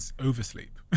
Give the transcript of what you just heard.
oversleep